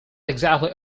exactly